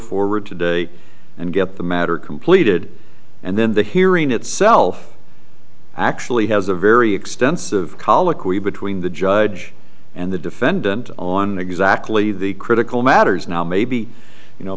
forward today and get the matter completed and then the hearing itself actually has a very extensive colloquy between the judge and the defendant on exactly the critical matters now maybe you know